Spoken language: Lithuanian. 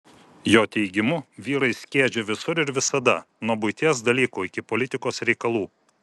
jo teigimu vyrai skiedžia visur ir visada nuo buities dalykų iki politikos reikalų